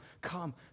come